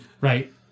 Right